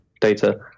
data